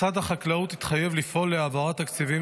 משרד החקלאות התחייב לפעול להעברת תקציבים